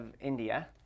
india